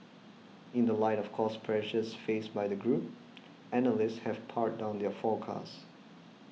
in the light of cost pressures faced by the group analysts have pared down their forecasts